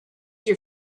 your